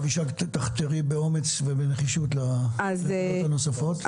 אבישג, תחתרי אומץ ובנחישות להטבות הנוספות.